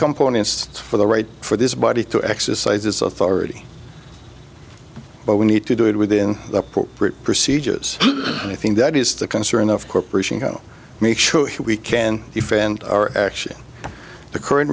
components for the right for this body to exercise its authority but we need to do it within the procedures and i think that is the concern of corporation go make sure that we can defend our action the current